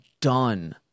done